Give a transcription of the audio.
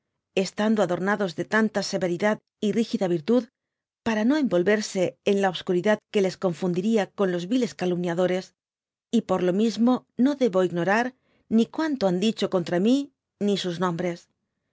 estando adornados de tanta severidad y rígida virtud para no envolverse en la obscuridad que les confuridiria con los viles calumniadores y por lo mismo no debo ignorar ni cuanto han dicho contra mi ni sus nombres